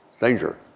Danger